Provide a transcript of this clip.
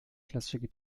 klassische